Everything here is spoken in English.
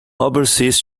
overseas